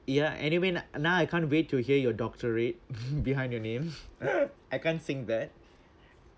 ya anyway n~ now~ I can't wait to hear your doctorate behind your name I can't sing that